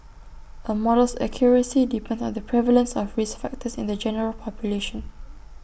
A model's accuracy depends on the prevalence of risk factors in the general population